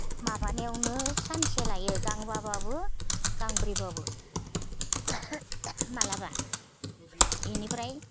माबानायावनो सानसे लायो गांबाब्लाबो गांब्रैब्लाबो माब्लाबा इनिफ्राय